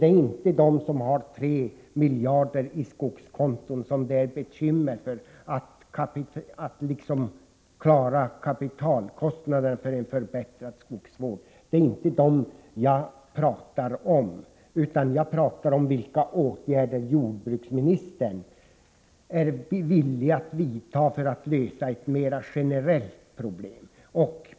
Det är inte de som har 3 miljarder på skogskonto som har svårigheter att klara kapitalkostnaden för en förbättring av skogsvården. Det är inte den kategorin som jag talar om, utan jag talar om vilka åtgärder jordbruksministern är villig att vidta för att lösa ett mera generellt problem.